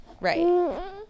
Right